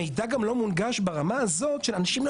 המידע לא מונגש ברמה הזאת שאנשים לא